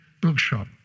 bookshop